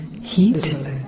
heat